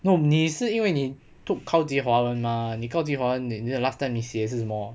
no 你是因为你 took 高级华文 mah 你高级华文你 last time 你写是什么